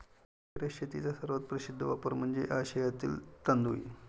terrace शेतीचा सर्वात प्रसिद्ध वापर म्हणजे आशियातील तांदूळ